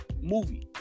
movie